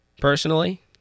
personally